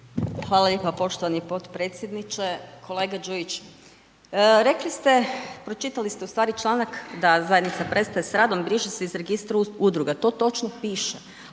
Hvala lijepa poštovani potpredsjedniče. Kolega Đujić, rekli ste, pročitali ste u stvari članak da zajednica prestaje s radom, briše se iz registra udruga, to točno piše,